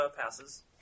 passes